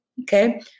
Okay